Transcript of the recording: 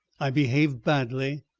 i behaved badly.